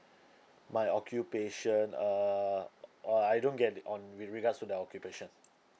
my occupation err uh uh I don't get it on with regards to the occupation